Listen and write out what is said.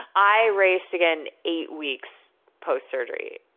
i raced again eight weeks post-surgery.